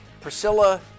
Priscilla